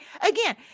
Again